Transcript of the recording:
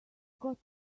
got